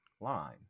line